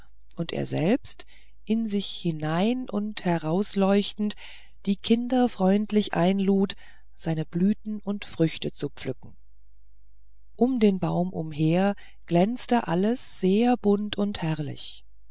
und er selbst in sich hinein und herausleuchtend die kinder freundlich einlud seine blüten und früchte zu pflücken um den baum umher glänzte alles sehr bunt und herrlich